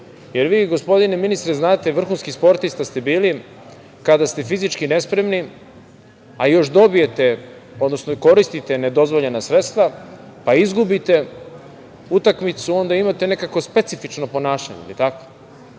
Vi, gospodine ministre, znate, vrhunski sportista ste bili, kada ste fizički nespremni, a još dobijete, odnosno koristite nedozvoljena sredstva, pa izgubite utakmicu, onda imate nekako specifično ponašanje. Tako